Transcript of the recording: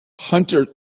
hunter